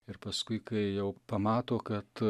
ir paskui kai jau pamato kad